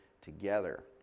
together